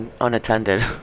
unattended